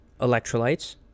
electrolytes